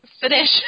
finish